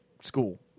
school